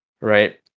right